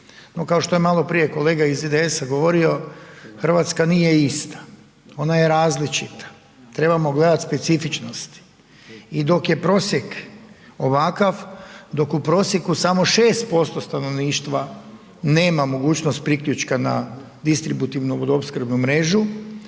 kao što je maloprije kolega iz IDS-a govorio, Hrvatska nije ista, ona je različita, trebamo gledati specifičnosti. I dok je prosjek ovakav, dok u prosjeku samo 6% stanovništva nema mogućnost priključka na distributivnu vodoopskrbnu mrežu